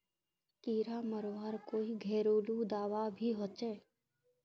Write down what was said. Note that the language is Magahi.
कीड़ा मरवार कोई घरेलू दाबा भी होचए?